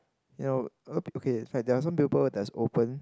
ya a lot of people get affect there are some people that's open